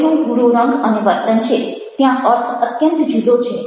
ભયનો ભૂરો રંગ અને વર્તન છે ત્યાં અર્થ અત્યંત જુદો છે